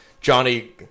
Johnny